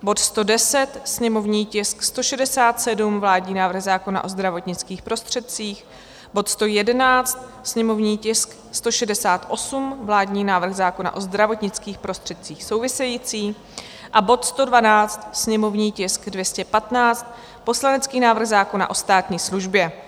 bod 110, sněmovní tisk 167, vládní návrh zákona o zdravotnických prostředcích; bod 111, sněmovní tisk 168, vládní návrh zákona o zdravotnických prostředcích související, a bod 112, sněmovní tisk 215, poslanecký návrh zákona o státní službě.